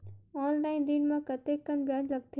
Online ऋण म कतेकन ब्याज लगथे?